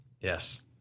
Yes